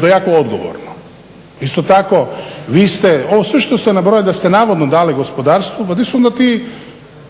to je jako odgovorno. Isto tako vi ste ovo sve što ste nabrojali da ste navodno dali gospodarstvu, pa di su onda ti